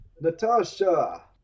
Natasha